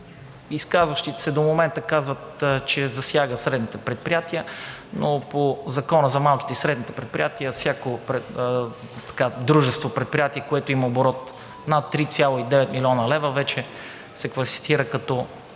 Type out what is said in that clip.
изказващите се до момента казват, че засяга средните предприятия, но по Закона за малките и средните предприятия всяко дружество, предприятие, което има оборот над 3,9 млн. лв., вече се класифицира като